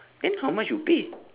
then how much you pay